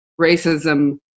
racism